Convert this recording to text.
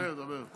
דבר, דבר.